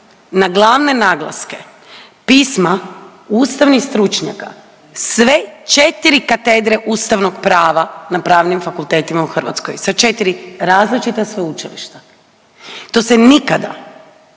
na glavne naglaske pisma ustavnih stručnjaka sve 4 katedre ustavnog prava na pravnim fakultetima u Hrvatskoj, sa 4 različita sveučilišta. To se nikada